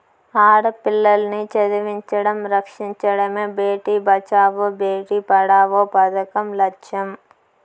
ఆడపిల్లల్ని చదివించడం, రక్షించడమే భేటీ బచావో బేటీ పడావో పదకం లచ్చెం